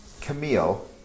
Camille